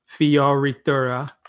Fioritura